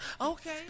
Okay